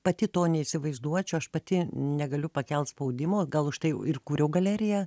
pati to neįsivaizduočiau aš pati negaliu pakelt spaudimo gal užtai ir kūriau galeriją